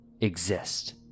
exist